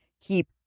keep